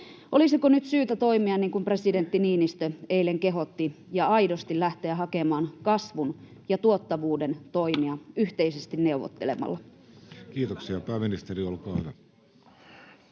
Olisiko nyt syytä toimia niin kuin presidentti Niinistö eilen kehotti ja aidosti lähteä hakemaan kasvun ja tuottavuuden toimia yhteisesti neuvottelemalla?